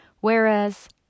whereas